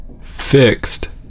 fixed